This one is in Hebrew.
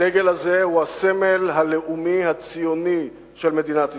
הדגל הזה הוא הסמל הלאומי הציוני של מדינת ישראל,